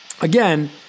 again